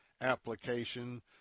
application